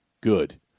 good